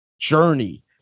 journey